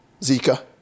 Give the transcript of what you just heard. Zika